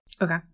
Okay